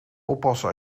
oppassen